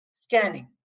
scanning